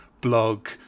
blog